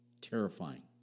terrifying